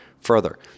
further